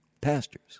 pastors